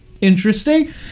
interesting